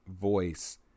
voice